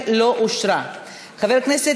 יואל חסון,